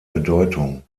bedeutung